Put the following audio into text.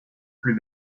plus